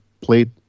played